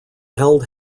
held